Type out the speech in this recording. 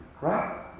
Right